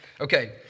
Okay